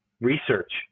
research